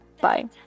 Bye